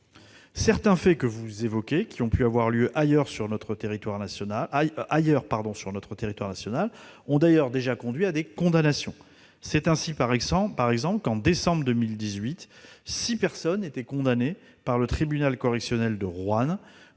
similaires à ceux que vous évoquez, qui ont pu avoir lieu ailleurs sur notre territoire national, ont d'ailleurs déjà conduit à des condamnations. Par exemple, en décembre 2018, six personnes ont été condamnées par le tribunal correctionnel de Roanne